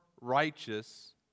righteous